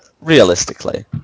Realistically